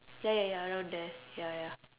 ya ya ya around there ya ya